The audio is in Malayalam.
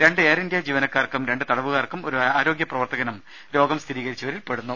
രണ്ട് എയർഇന്ത്യ ജീവനക്കാർക്കും രണ്ടു തടവുകാർക്കും ഒരു ആരോഗ്യ പ്രവർത്തനും രോഗം സ്ഥിരീകരിച്ചവരിൽ പെടുന്നു